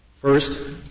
First